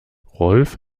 rolf